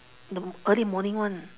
the m~ early morning [one]